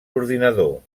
ordinador